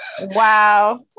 Wow